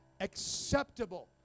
acceptable